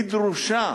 היא דרושה,